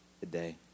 today